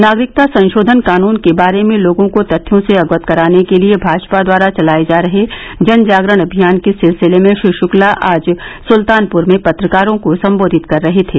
नागरिकता संशोधन कानून के बारे में लोगों को तथ्यों से अवगत कराने के लिए भाजपा द्वारा चलाये जा रहे जन जागरण अभियान के सिलसिले में श्री श्क्ला आज सुल्तानपुर में पत्रकारों को संबोधित कर रहे थे